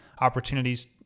opportunities